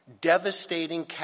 Devastating